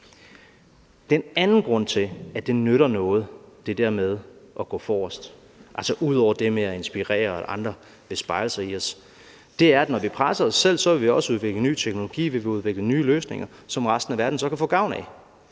Den anden grund til, at det med at gå forrest nytter noget, altså ud over det med at inspirere andre, så de kan spejle sig i os, er, at når vi presser os selv, vil vi også udvikle ny teknologi, vi kan udvikle nye løsninger, som resten af verden så kan få gavn af;